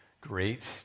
great